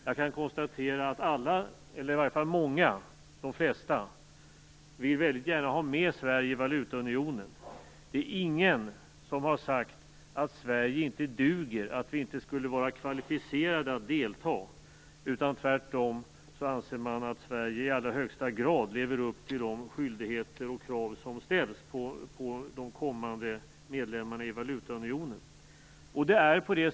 Jag kan konstatera att de flesta väldigt gärna vill ha med Sverige i valutaunionen. Det är ingen som har sagt att Sverige inte duger, att vi inte skulle vara kvalificerade att delta. Tvärtom anser man att Sverige i allra högsta grad lever upp till de skyldigheter och krav som ställs på de kommande medlemmarna i valutaunionen.